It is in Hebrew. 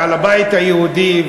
ועל הבית היהודי,